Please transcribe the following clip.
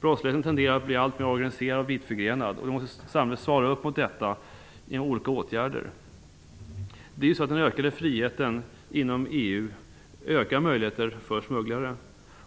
Brottsligheten tenderar att bli alltmer organiserad och vittförgrenad. Samhället måste svara upp mot detta genom olika åtgärder. Den ökade friheten inom EU ökar möjligheterna för smugglare.